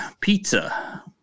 Pizza